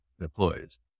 employees